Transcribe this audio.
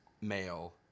male